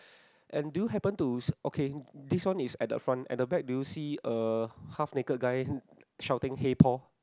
and do you happen to see okay this one is at the front at the back do you see a half naked guy shouting hey Paul